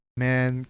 man